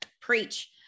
preach